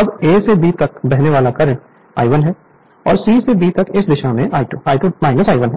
और A से B तक बहने वाला करंट I1 है और C से B इस दिशा में I2 I1 है